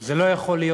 זה לא יכול להיות,